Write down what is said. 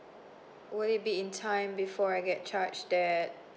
would it be in time before I get charged that